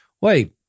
wait